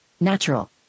natural